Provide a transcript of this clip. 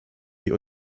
die